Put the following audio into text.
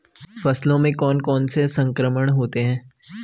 फसलों में कौन कौन से संक्रमण होते हैं?